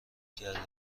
کرده